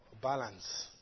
balance